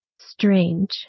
strange